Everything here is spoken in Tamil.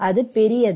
அது பெரியது